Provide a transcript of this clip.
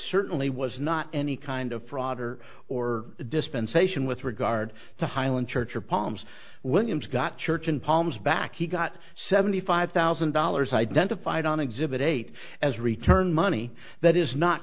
certainly was not any kind of fraud or or dispensation with regard to highland church or palms williams got church in palms back he got seventy five thousand dollars identified on exhibit eight as return money that is not